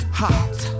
hot